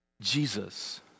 Jesus